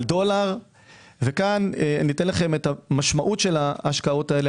דולר ופה אתן לכם את המשמעות של ההשקעות הללו.